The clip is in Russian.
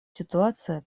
ситуация